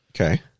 Okay